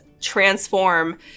transform